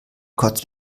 kotzt